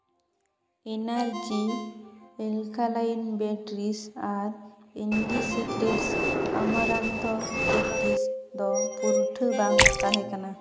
energy ᱮᱞᱠᱷᱟ line batteries ᱟᱨ ᱤᱱᱰᱤ ᱥᱤᱠᱨᱮᱴ ᱚᱢᱚᱨᱟᱱᱛᱚ ᱪᱮᱠᱤᱥ ᱫᱚ ᱯᱩᱨᱴᱷᱟᱹ ᱵᱟᱝ ᱛᱟᱦᱮᱸ ᱠᱟᱱᱟ